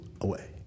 away